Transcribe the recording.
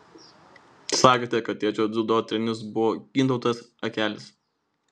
sakėte kad tėčio dziudo treneris buvo gintautas akelis